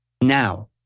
Now